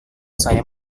saya